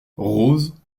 rose